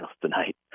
tonight